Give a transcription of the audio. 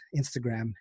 Instagram